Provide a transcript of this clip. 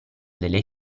delle